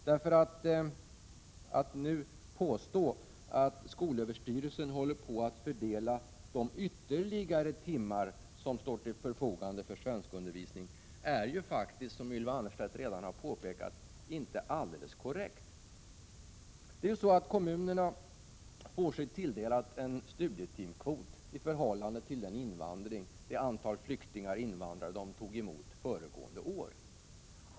Påståendet att skolöverstyrelsen håller på att fördela de ytterligare timmar som står till förfogande för svenskundervisning är, som Ylva Annerstedt redan har påpekat, inte alldeles korrekt. Kommunerna tilldelas en studietimkvot i förhållande till det antal flyktingar/invandrare de tog emot föregående år.